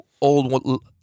old